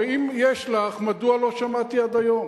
ואם יש לך, מדוע לא שמעתי עד היום?